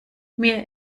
mir